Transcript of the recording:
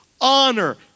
honor